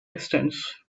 distance